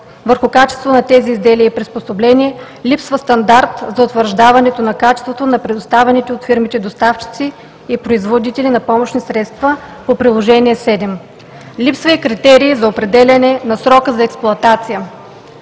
върху качеството на тези изделия и приспособления, липсва стандарт за утвърждаването на качеството на предоставените от фирмите доставчици и производители на помощни средства по Приложение № 7. Липсва и критерий за определяне на срока за експлоатация.